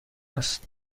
است